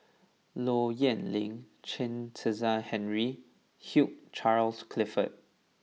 Low Yen Ling Chen Kezhan Henri and Hugh Charles Clifford